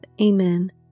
Amen